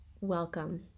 Welcome